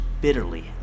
bitterly